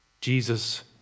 Jesus